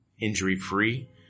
injury-free